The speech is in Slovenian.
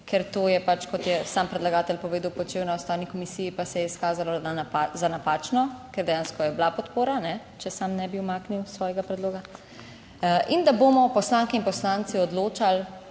Ker to je pač, kot je sam predlagatelj povedal, počel na Ustavni komisiji, pa se je izkazalo za napačno, ker dejansko je bila podpora, če sam ne bi umaknil svojega predloga, in da bomo poslanke in poslanci odločali,